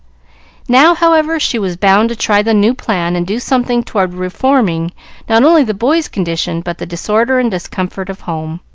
now, however, she was bound to try the new plan and do something toward reforming not only the boy's condition, but the disorder and discomfort of home.